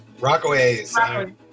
Rockaways